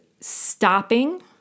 stopping